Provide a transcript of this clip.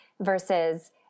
versus